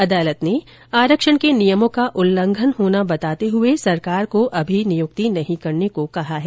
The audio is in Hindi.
अदालत ने आरक्षण के नियमों का उल्लंघन होना बताते हुए सरकार को अभी नियुक्ति नहीं करने को कहा है